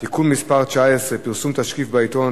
(תיקון מס' 19) (פרסום תשקיף בעיתון),